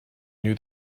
knew